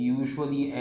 usually